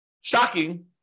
shocking